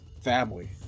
family